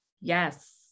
Yes